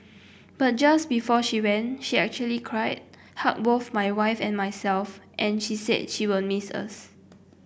but just before she went she actually cried hugged both my wife and myself and she said she will miss us